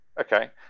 okay